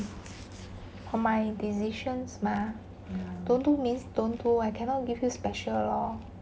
on my decisions mah don't do means don't do I cannot give you special lor